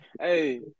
Hey